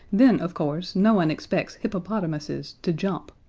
then, of course, no one expects hippopotamuses to jump.